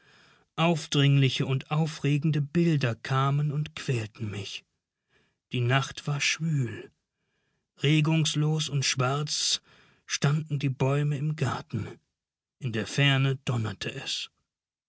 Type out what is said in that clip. aufdringliche und aufregende bilder kamen und quälten mich die nacht war schwül regungslos und schwarz standen die bäume im garten in der ferne donnerte es